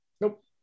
Nope